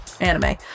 Anime